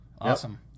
Awesome